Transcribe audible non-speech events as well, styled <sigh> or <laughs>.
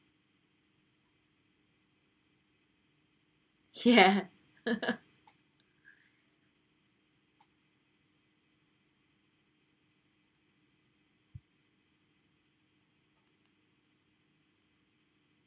yeah <laughs>